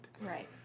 Right